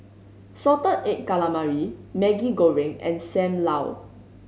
salted egg calamari Maggi Goreng and Sam Lau